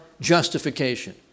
justification